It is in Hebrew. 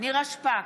נירה שפק,